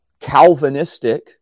Calvinistic